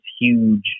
huge